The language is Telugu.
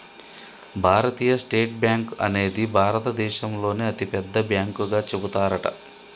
భారతీయ స్టేట్ బ్యాంక్ అనేది భారత దేశంలోనే అతి పెద్ద బ్యాంకు గా చెబుతారట